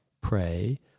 pray